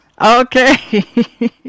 Okay